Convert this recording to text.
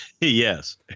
Yes